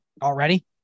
already